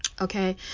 Okay